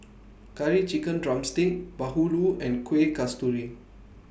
Curry Chicken Drumstick Bahulu and Kuih Kasturi